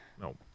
No